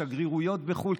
לשגרירויות בחו"ל.